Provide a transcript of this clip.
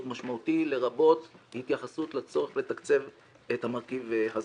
משמעותי לרבות התייחסות לצורך לתקצב את המרכיב הזה.